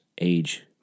age